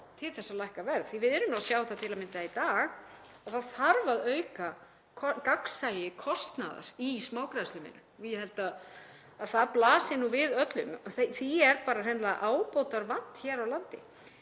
til að lækka verð. Við sjáum það til að mynda í dag að það þarf að auka gagnsæi kostnaðar í smágreiðslumiðlun. Ég held að það blasi við öllum. Því er hreinlega ábótavant hér á landi.